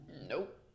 Nope